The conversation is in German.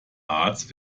arzt